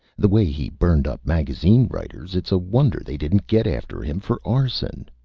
the way he burned up magazine writers, it's a wonder they didn't get after him for arson.